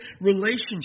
relationship